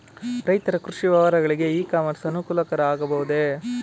ರೈತರ ಕೃಷಿ ವ್ಯವಹಾರಗಳಿಗೆ ಇ ಕಾಮರ್ಸ್ ಅನುಕೂಲಕರ ಆಗಬಹುದೇ?